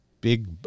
big